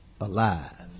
alive